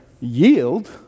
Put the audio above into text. yield